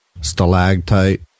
stalactite